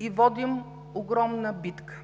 и водим огромна битка“.